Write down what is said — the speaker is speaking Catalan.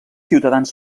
ciutadans